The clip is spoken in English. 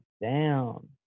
down